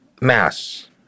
mass